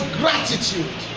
gratitude